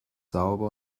sauber